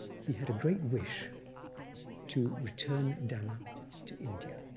he had a great wish to return dhamma to india,